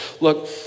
look